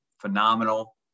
Phenomenal